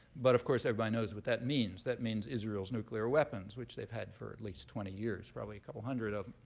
but, of course, everybody knows what that means. that means israel's nuclear weapons, which they've had for at least twenty years, probably a couple hundred of